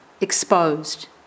Exposed